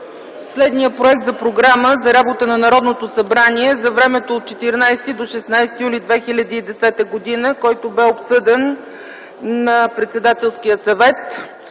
следния проект за програма за работа на Народното събрание за времето от 14 до 16 юли 2010 г., който бе обсъден на Председателския съвет: